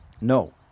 No